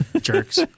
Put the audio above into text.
Jerks